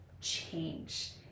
change